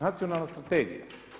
Nacionalna strategija.